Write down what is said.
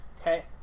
okay